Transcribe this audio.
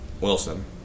Wilson